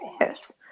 Yes